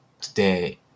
today